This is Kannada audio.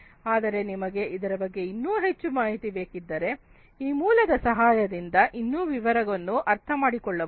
ಆದರೆ ನಿಮಗೆ ಅದರ ಬಗ್ಗೆ ಇನ್ನೂ ಹೆಚ್ಚು ಮಾಹಿತಿ ಬೇಕಿದ್ದರೆ ಈ ಮೂಲದ ಸಹಾಯದಿಂದ ಇನ್ನು ವಿವರವಾಗಿ ಅರ್ಥಮಾಡಿಕೊಳ್ಳಬಹುದು